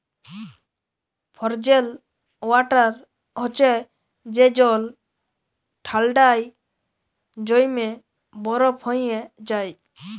frozen water হছে যে জল ঠাল্ডায় জইমে বরফ হঁয়ে যায়